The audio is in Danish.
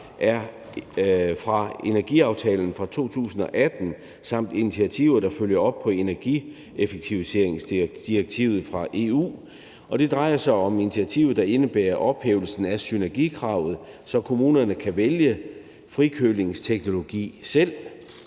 fra energiaftalen fra 2018 samt initiativer, der følger op på energieffektiviseringsdirektivet fra EU. Det drejer sig om initiativer, der indebærer ophævelsen af synergikravet, så kommunerne kan vælge frikølingsteknologi selv.